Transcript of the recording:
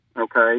okay